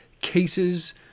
cases